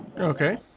Okay